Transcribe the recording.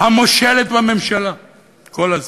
המושלת בממשלה כל הזמן.